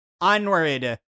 Onward